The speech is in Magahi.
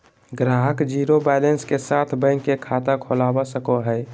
ग्राहक ज़ीरो बैलेंस के साथ बैंक मे खाता खोलवा सको हय